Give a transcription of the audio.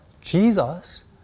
Jesus